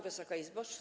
Wysoka Izbo!